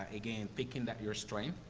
ah again, picking that your strength.